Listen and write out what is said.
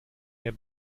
mehr